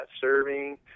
serving